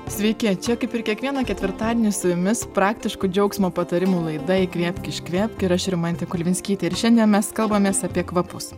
sveiki čia kaip ir kiekvieną ketvirtadienį su jumis praktiškų džiaugsmo patarimų laida įkvėpk iškvėpk ir aš rimantė kulvinskytė ir šiandien mes kalbamės apie kvapus